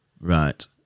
Right